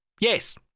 Yes